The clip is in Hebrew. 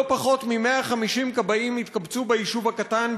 לא פחות מ-150 כבאים התקבצו ביישוב הקטן,